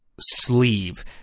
sleeve